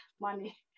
money